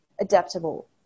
adaptable